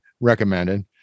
recommended